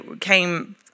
came